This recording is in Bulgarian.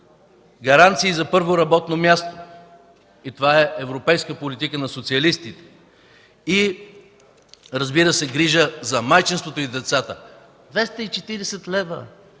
гаранция за първо работно място (това е европейска политика на социалистите), и разбира се – грижа за майчинството и децата. Двеста